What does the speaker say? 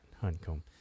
Honeycomb